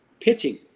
Pitching